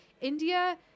india